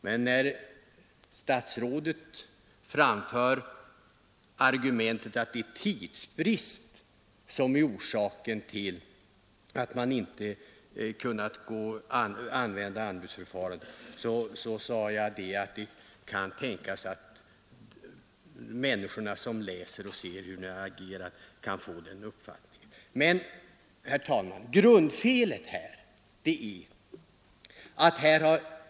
Men när statsrådet framförde argumentet att tidsbrist varit orsaken till att Ni inte kunnat använda anbudsförfarandet, menar jag att de människor som läser och ser hur Ni agerat kan få uppfattningen att Ni velat ge ordern till Arebolagen. Herr talman!